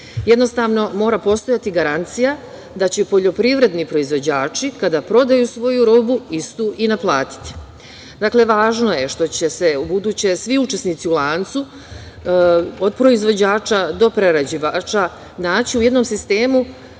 Jednostavno, mora postojati garancija da će poljoprivredni proizvođači kada prodaju svoju robu istu i naplatiti. Dakle, važno je što će se ubuduće svi učesnici u lancu, od proizvođača do prerađivača, naći u jednom sistemu